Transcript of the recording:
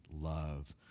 love